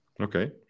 Okay